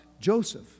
Joseph